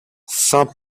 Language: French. sans